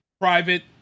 private